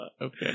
Okay